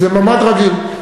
זה ממ"ד רגיל.